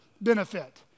benefit